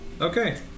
okay